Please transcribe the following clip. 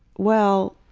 well,